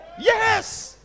Yes